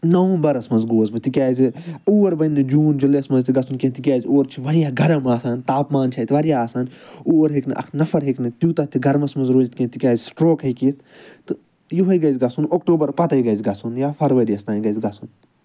نَومبرَس منٛز گوس بہٕ تِکیازِ اور بَنہِ نہٕ جوٗن جُلَیَس منٛز تہِ گژھُن کیٚنہہ تِکیازِ اورٕ چھُ واریاہ گَرم آسان تاپمان چھُ اَتہِ واریاہ آسان اور ہیٚکہِ نہٕ اکھ نَفر ہیٚکہِ نہٕ تیوٗتاہ تہِ گرمَس منٛز روٗزِتھ کیٚنہہ تکیازِ سٕٹرٛوک ہیٚکہِ یِتھ تہٕ یِہوٚے گژھِ گژھُن اکٹوبر پَتَے گژھِ گژھُن یا فرؤریَس تام گژھِ گژھُن